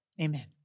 Amen